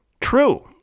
True